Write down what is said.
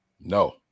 No